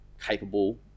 capable